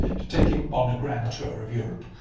to take him on a grand tour of europe.